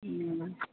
മ്